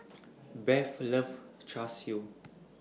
Beth loves Char Siu